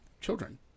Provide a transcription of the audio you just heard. children